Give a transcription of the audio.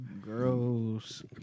Gross